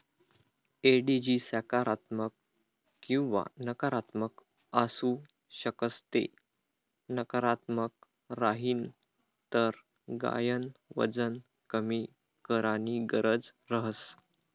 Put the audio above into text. एडिजी सकारात्मक किंवा नकारात्मक आसू शकस ते नकारात्मक राहीन तर गायन वजन कमी कराणी गरज रहस